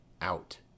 out